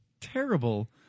terrible